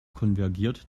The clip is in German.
konvergiert